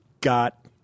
got